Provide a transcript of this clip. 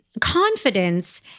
confidence